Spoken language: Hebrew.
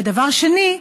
ודבר שני,